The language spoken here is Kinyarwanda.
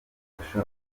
ufasha